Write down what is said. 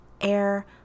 air